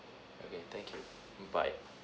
okay thank you mm bye